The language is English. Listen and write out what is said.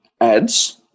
ads